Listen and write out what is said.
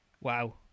Wow